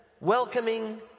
welcoming